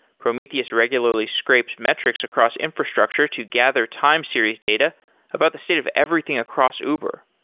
prometheus regularly scrapes metrics across infrastructure to gather time series data about the state of everything across uber.